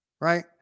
right